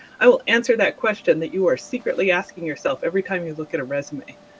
i will answer that question that you're secretly asking yourself every time you look at a resume.